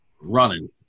running